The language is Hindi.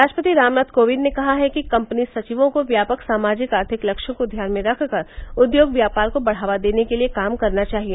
राष्ट्रपति रामनाथ कोविंद ने कहा है कि कंपनी सचिवों को व्यापक सामाजिक आर्थिक लक्ष्यों को ध्यान में रखकर उद्योग व्यापार को बढ़ावा देने के लिए काम करना चाहिए